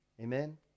Amen